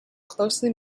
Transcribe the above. closely